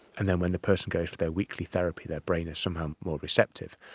and then when the person goes for their weekly therapy their brain is somehow more receptive.